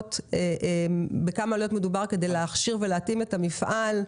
עלויות מדובר כדי להכיר ולהתאים את המפעל.